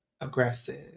Aggressive